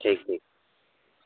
ٹھیک ٹھیک